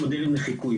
מודלים לחיקוי,